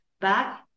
back